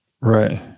right